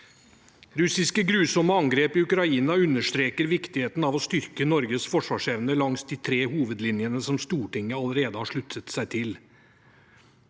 russ- iske angrep i Ukraina understreker viktigheten av å styrke Norges forsvarsevne langs de tre hovedlinjene som Stortinget allerede har sluttet seg til,